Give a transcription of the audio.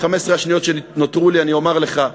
ב-15 השניות שנותרו לי אני אומַר לך,